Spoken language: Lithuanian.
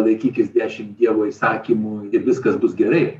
laikykis dešim dievo įsakymų ir viskas bus gerai